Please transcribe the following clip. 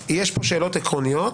יש פה שאלות עקרוניות,